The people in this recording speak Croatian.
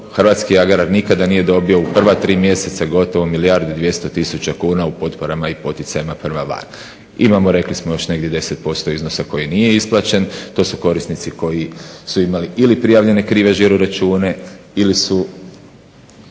hrvatski agrar nikada nije dobio u prva tri mjeseca gotovo milijardu i 200 tisuća kuna u potporama i poticajima prema van. Imamo rekli smo još negdje 10% iznosa koji nije isplaćen, to su korisnici koji su imali ili prijavljene krive žiro-račune ili su